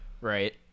right